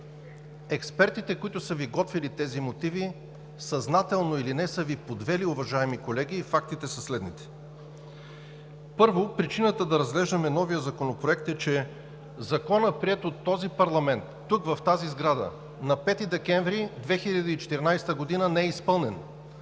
Експертите, които са Ви готвили тези мотиви, съзнателно или не, са Ви подвели, уважаеми колеги. Фактите са следните! Първо, причината, за да разглеждаме новия законопроект, е, че Законът, приет от този парламент, тук – в тази сграда, на 5 декември 2014 г., не е изпълнен